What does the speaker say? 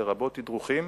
לרבות תדרוכים